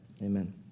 Amen